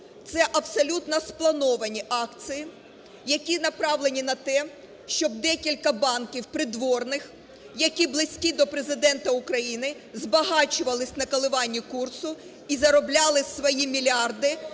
Це абсолютно сплановані акції, які направлені на те, щоб декілька банків придворних, які близькі до Президента України, збагачувалися на коливанні курсу і заробляли свої мільярди